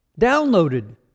Downloaded